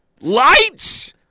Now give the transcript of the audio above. Lights